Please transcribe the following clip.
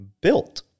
built